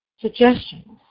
suggestions